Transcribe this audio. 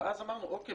ואז אמרנו אוקיי,